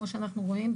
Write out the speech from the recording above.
כמו שאנחנו רואים,